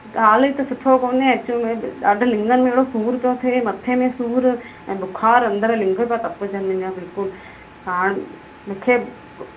हाल त सुठो कोन्हे एक्चुल में ॾाढो लिंङन में अहिड़ो सूर पियो थिए मथे में सूर ऐं बुखार अंदरि लिंङ पिया तपजन मुहिंजा बिलकुलु हाणे मूंखे